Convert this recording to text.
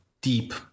deep